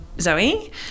Zoe